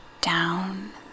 down